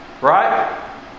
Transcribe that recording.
Right